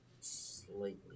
slightly